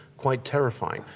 quite terrifying.